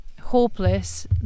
hopeless